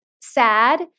sad